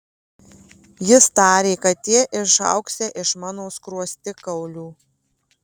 jis tarė kad jie išaugsią iš mano skruostikaulių